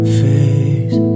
face